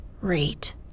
rate